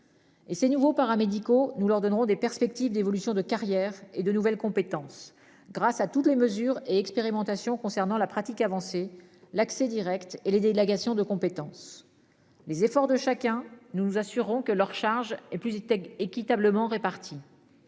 Et c'est nouveau paramédicaux nous leur donnerons des perspectives d'évolution de carrière et de nouvelles compétences grâce à toutes les mesures et expérimentations concernant la pratique avancée, l'accès Direct et les délégations de compétences. Les efforts de chacun. Nous nous assurons que leurs charges et plus hi-tech équitablement répartis.